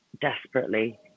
desperately